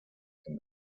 sin